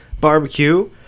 barbecue